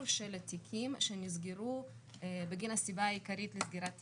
התיקים שנסגרו בגין הסיבה העיקרית לסגירת התיקים,